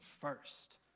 first